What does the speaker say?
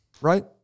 Right